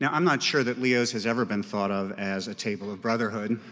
yeah i'm not sure that leos has ever been thought of as a table of brotherhood